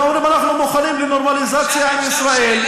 ואומרים: אנחנו מוכנים לנורמליזציה עם ישראל,